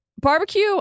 Barbecue